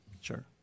Sure